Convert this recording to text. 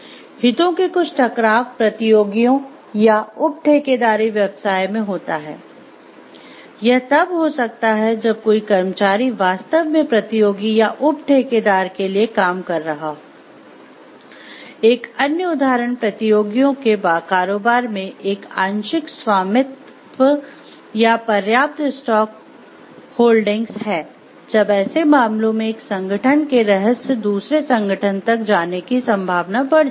हितों के कुछ टकराव प्रतियोगियों या "उपठेकेदारी व्यवसाय" है तब ऐसे मामलों में एक संगठन के रहस्य दूसरे संगठन तक जाने की संभावना बढ़ जाती है